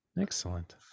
excellent